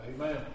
Amen